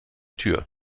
tür